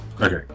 Okay